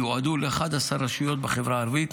יועדו ל-11 רשויות בחברה הערבית,